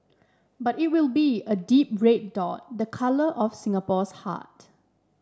but it will be a deep red dot the colour of Singapore's heart